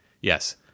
Yes